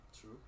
True